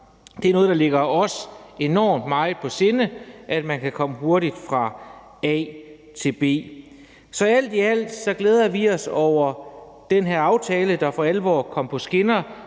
Det er noget, der ligger os enormt meget på sinde, at man kan komme hurtigt fra A til B. Så alt i alt glæder vi os over den her aftale, der for alvor kom på skinner